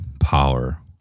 power